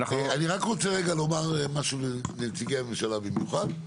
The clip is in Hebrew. אני רק רוצה רגע לומר משהו לנציג הממשלה, במיוחד.